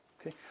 Okay